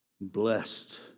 blessed